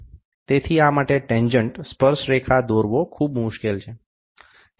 તેથી આ માટે ટેનજન્ટસ્પર્શ રેખા દોરવો ખૂબ મુશ્કેલ છે